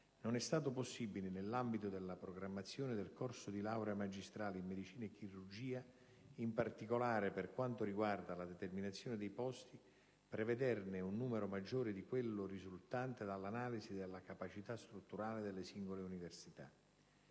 non è stato possibile, nell'ambito della programmazione del corso di laurea magistrale in medicina e chirurgia, in particolare per quanto riguarda la determinazione dei posti, prevederne un numero maggiore di quello risultante dall'analisi della capacità strutturale delle singole università.